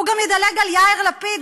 הוא גם ידלג על יאיר לפיד,